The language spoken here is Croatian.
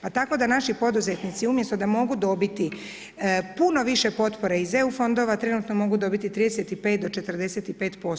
Pa tako da naši poduzetnici umjesto da mogu dobiti puno više potpore iz EU fondova trenutno mogu dobiti od 35% do 45%